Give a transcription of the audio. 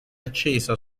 accesa